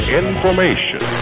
information